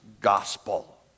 gospel